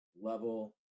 level